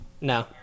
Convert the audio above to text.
No